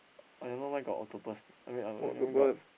I don't know why got octopus I mean I mean I mean got